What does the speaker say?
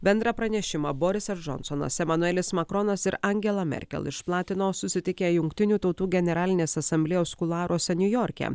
bendrą pranešimą borisas džonsonas emanuelis makronas ir angela merkel išplatino susitikę jungtinių tautų generalinės asamblėjos kuluaruose niujorke